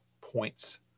points